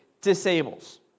disables